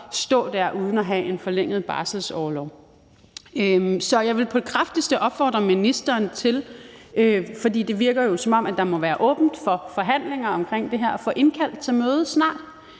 stå der uden at have en forlænget barselsorlov. Så jeg vil på det kraftigste opfordre ministeren til – for det virker jo, som om der må være åbent for forhandlinger om det her – at få indkaldt til møde snart,